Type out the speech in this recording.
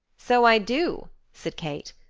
so i do! said kate.